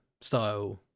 style